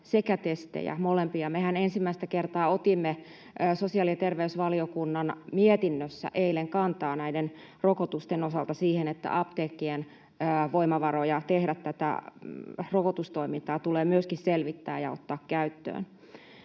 sekä testejä, molempia. Mehän ensimmäistä kertaa otimme sosiaali‑ ja terveysvaliokunnan mietinnössä eilen kantaa rokotusten osalta siihen, että apteekkien voimavaroja tehdä rokotustoimintaa tulee myöskin selvittää ja ottaa käyttöön.